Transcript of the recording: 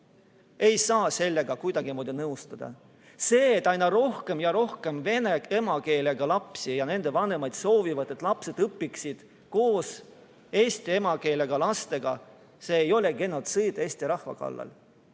Ei saa sellega kuidagimoodi nõustuda. See, et aina rohkem ja rohkem vene emakeelega lapsi ja nende vanemaid soovivad, et need lapsed õpiksid koos eesti emakeelega lastega, ei ole genotsiid eesti rahva kallal.